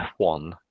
F1